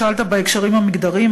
שאלת בהקשרים המגדריים,